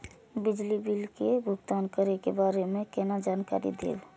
बिजली बिल के भुगतान करै के बारे में केना जानकारी देब?